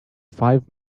five